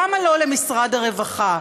למה לא למשרד הרווחה?